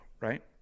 Right